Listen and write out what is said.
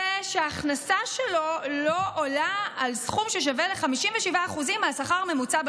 ושההכנסה שלו לא עולה על סכום ששווה ל-57% מהשכר הממוצע במשק,